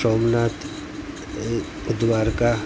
Somnath Dwarka